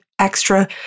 extra